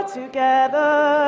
together